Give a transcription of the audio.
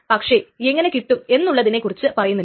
പക്ഷേ എങ്ങനെ കിട്ടും എന്നുള്ളതിനെ കുറിച്ച് പറയുന്നില്ല